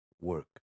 work